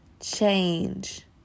change